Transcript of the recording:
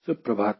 सुप्रभात